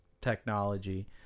technology